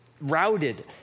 routed